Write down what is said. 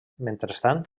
mentrestant